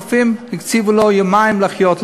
הרופאים הקציבו לו יומיים לחיות,